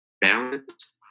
balance